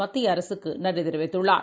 மத்திய அரசுக்குநன்றிதெரிவித்துள்ளார்